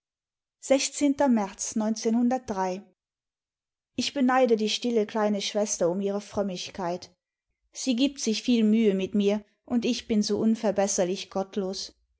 märz ich beneide die stille kleine schwester um ihre frömmigkeit sie gibt sich viel mühe mit mir und ich bin so unverbesserlich gottlos